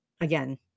again